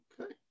Okay